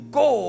go